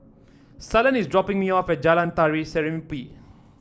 Suellen is dropping me off at Jalan Tari Serimpi